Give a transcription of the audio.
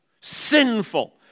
sinful